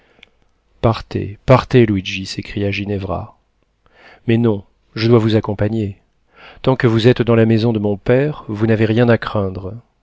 partez partez luigi s'écria ginevra mais non je dois vous accompagner tant que vous êtes dans la maison de mon père vous n'avez rien à craindre